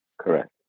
Correct